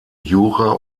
jura